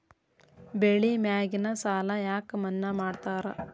ಬೆಳಿ ಮ್ಯಾಗಿನ ಸಾಲ ಯಾಕ ಮನ್ನಾ ಮಾಡ್ತಾರ?